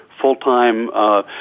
full-time